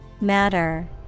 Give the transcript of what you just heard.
Matter